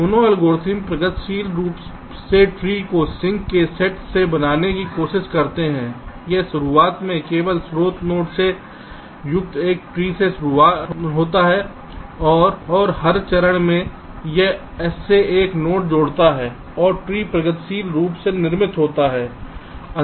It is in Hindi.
दोनों एल्गोरिदम प्रगतिशील रूप से ट्री को सिंक के सेट से बनाने की कोशिश करते हैं यह शुरुआत में केवल स्रोत नोड से युक्त एक ट्री से शुरू होता है और हर चरण में यह S से एक नोड जोड़ता है और ट्री प्रगतिशील रूप से निर्मित होता है